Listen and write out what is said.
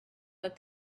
that